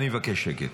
אני מבקש שקט.